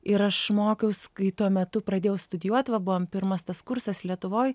ir aš mokiaus kai tuo metu pradėjau studijuot va buvom pirmas tas kursas lietuvoj